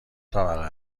طبقه